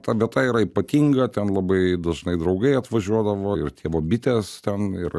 ta vieta yra ypatinga ten labai dažnai draugai atvažiuodavo ir tėvo bitės ten ir